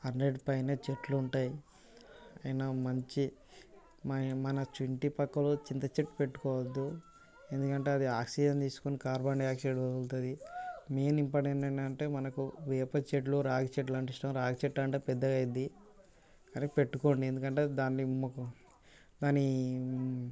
hundred పైనే చెట్లు ఉంటాయి అయినా మంచి మన మన మన ఇంటి ప్రక్కలో చింత చెట్టు పెట్టుకోవద్దు ఎందుకంటే అది ఆక్సిజన్ తీసుకొని కార్బన్ డైయాక్సైడ్ వదులుతుంది మెయిన్ ఇంపార్టెంట్ ఏంది అంటే మనకు వేప చెట్లు రాగి చెట్లు అంటే ఇష్టం రాగి చెట్టు అంటే పెద్దగైద్ది అరె పెట్టుకోండి ఎందుకంటే అది దాని మొక్క దానీ